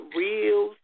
real